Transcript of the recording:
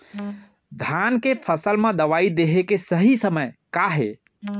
धान के फसल मा दवई देहे के सही समय का हे?